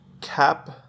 cap